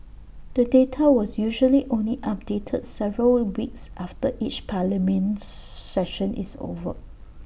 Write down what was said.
the data was usually only updated several weeks after each parliament session is over